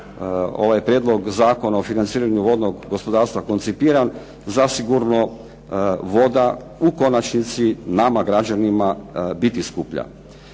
ovaj prijedlog zakona o financiranju vodnog gospodarstva koncipiran zasigurno voda u konačnici nama građanima biti skuplja.